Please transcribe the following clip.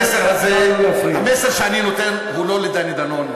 המסר שאני נותן הוא לא לדני דנון,